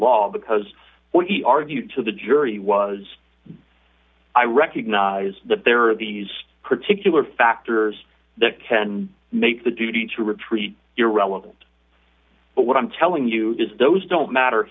law because what he argued to the jury was i recognize that there are these particular factors that can make the duty to retreat irrelevant but what i'm telling you is those don't matter